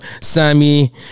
Sammy